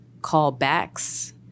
callbacks